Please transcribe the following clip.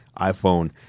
iPhone